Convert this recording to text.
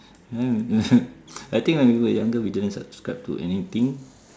I think when we were younger we didn't subscribe to anything